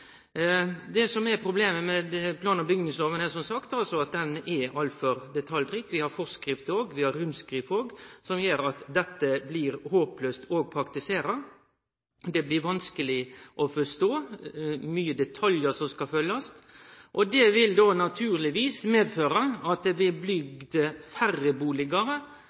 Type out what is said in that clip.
Det som er problemet med plan- og bygningsloven, er som sagt at han er altfor detaljrik – vi har òg forskrifter, vi har òg rundskriv – som gjer at dette blir håplaust å praktisere. Loven blir vanskeleg å forstå, det er mange detaljar som skal følgjast, og det vil naturlegvis medføre at det blir bygd færre